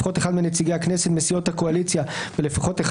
לפחות אחד מנציגי הכנסת מסיעות הקואליציה ולפחות אחד